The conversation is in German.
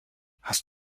hast